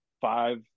five